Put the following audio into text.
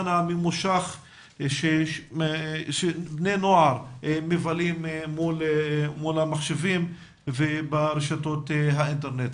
הממושך שבני נוער מבלים מול המחשבים וברשתות האינטרנט.